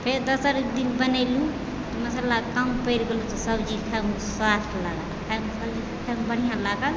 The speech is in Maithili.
फेर दोसर दिन बनेलहुँ तऽ मसल्ला कम पड़ि गेलो तऽ सब्जी खाइमे स्वादवला लागल खाइमे बढ़िआँ लागल